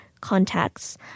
contacts